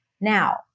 Now